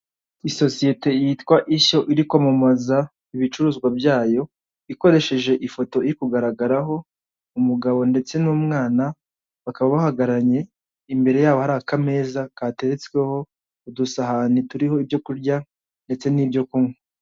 Isosiyete yitwa ishyo iri kwamamaza ibicuruzwa byayo, ikoresheje ifoto iri kugaragaraho umugabo ndetse n'umwana, bakaba bahagararanye, imbere yabo ari akameza kateretsweho udusahane turiho ibyo kurya ndetse n'ibyo kunywa.